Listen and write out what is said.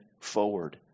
forward